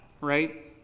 right